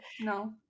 No